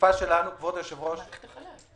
מספרים מדויקים